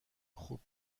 خوب